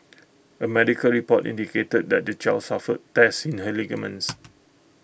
A medical report indicated that the child suffered tears in her ligaments